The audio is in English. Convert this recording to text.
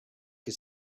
his